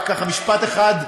רק ככה משפט אחד,